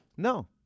No